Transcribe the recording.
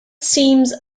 seems